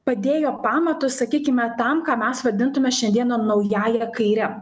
padėjo pamatus sakykime tam ką mes vadintume šiandien naująja kaire